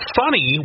funny